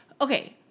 okay